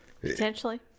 Potentially